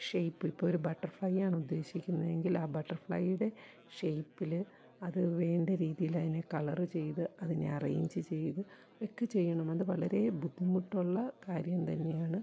shape ഇപ്പോൾ ഒരു ബട്ടർഫ്ലൈയ്യാണ് ഉദ്ദേശിക്കുന്നതെങ്കിൽ ആ ബട്ടർഫ്ലൈയ്യുടെ ഷേപ്പിൽ അത് വേണ്ട രീതിയിലതിനെ കളറ് ചെയ്ത് അതിനെ അറേഞ്ച് ചെയ്തു വെക്ക് ചെയ്യണം അത് വളരെ ബുദ്ധിമുട്ടുള്ള കാര്യം തന്നെയാണ്